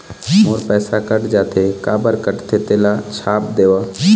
मोर पैसा कट जाथे काबर कटथे तेला छाप देव?